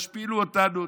תשפילו אותנו,